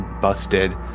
busted